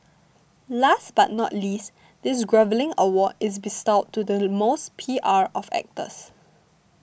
last but not least this groveling award is bestowed to the most P R of actors